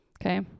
okay